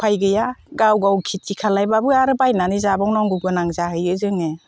उफाय गैया गाव गाव खेथि खालामबाबो आरो बायनानै जाबावनांगौ गोनां जाहैयो जोङो